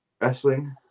wrestling